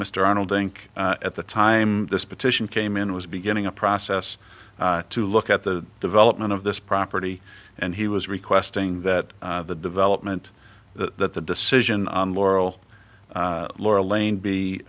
mr arnold inc at the time this petition came in was beginning a process to look at the development of this property and he was requesting that the development that the decision on laurel laura lane